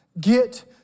get